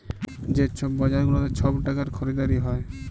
যে ছব বাজার গুলাতে ছব টাকার খরিদারি হ্যয়